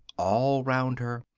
all round her,